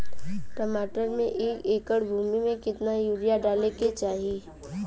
टमाटर के एक एकड़ भूमि मे कितना यूरिया डाले के चाही?